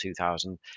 2000